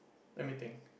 let me think